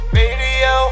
radio